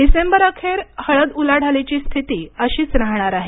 डिसेंबर अखेर हळद उलाढालीची स्थिती अशीच राहणार आहे